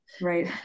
Right